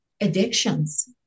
addictions